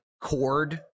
cord